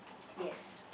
yes